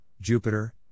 Jupiter